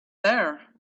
there